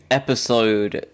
episode